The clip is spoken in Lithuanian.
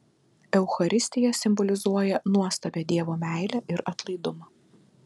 eucharistija simbolizuoja nuostabią dievo meilę ir atlaidumą